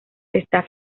está